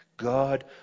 God